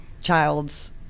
child's